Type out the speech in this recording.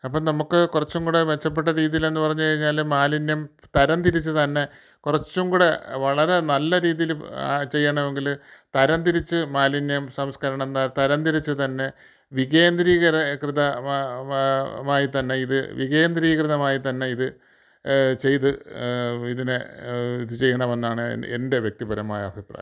അപ്പം നമ്മൾക്ക് കുറച്ചും കൂടെ മെച്ചപ്പെട്ട രീതിയിലെന്ന് പറഞ്ഞു കഴിഞ്ഞാൽ മാലിന്യം തരംതിരിച്ച് തന്നെ കുറച്ചും കൂടെ വളരെ നല്ല രീതിയിൽ ചെയ്യണമെങ്കില് തരംതിരിച്ച് മാലിന്യം സംസ്കരണം തരംതിരിച്ച് തന്നെ വികേന്ദ്രീകരകൃത മായി തന്നെ ഇത് വികേന്ദ്രീകൃതമായി തന്നെ ഇത് ചെയ്ത് ഇതിനെ ഇത് ചെയ്യണമെന്നാണ് എൻ്റെ വ്യക്തിപരമായ അഭിപ്രായം